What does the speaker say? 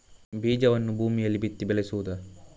ಬೀಜವನ್ನು ಭೂಮಿಯಲ್ಲಿ ಬಿತ್ತಿ ಬೆಳೆಸುವುದಾ?